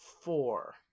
four